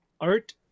art